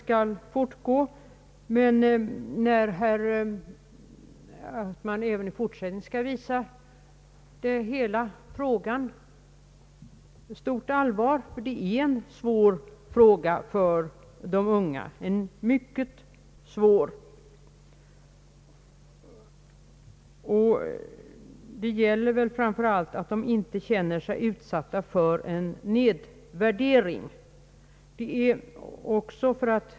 Jag hoppas att man även i fortsättningen skall visa hela frågan stort allvar, för det är en svår fråga för de unga, mycket svår, och det gäller väl framför allt att de inte skall känna sig utsatta för en nedvärdering.